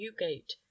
newgate